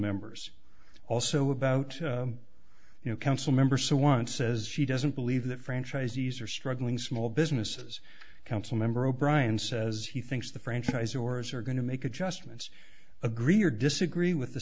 members also about you know council member so want says she doesn't believe that franchisees are struggling small businesses council member o'brian says he thinks the franchise ors are going to make adjustments agree or disagree with the